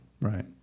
right